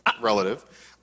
relative